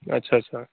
अच्छा अच्छा